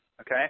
okay